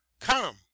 Come